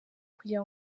kugira